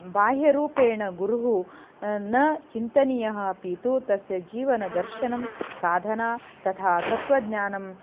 बाह्यरूपेण गुरुः न चिन्तनीयः अपि तु तस्य जीवनदर्शनं साधना तथा तत्वज्ञानम्